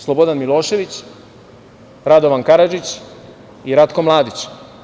Slobodan Milošević, Radovan Karadžić i Ratko Mladić.